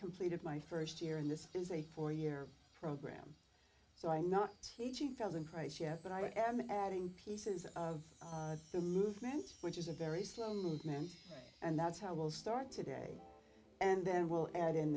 completed my first year and this is a four year program so i'm not teaching fellows in christ yet but i am adding pieces of the movement which is a very slow movement and that's how we'll start today and then we'll add in